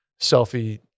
selfie